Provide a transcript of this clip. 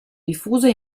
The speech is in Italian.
diffusa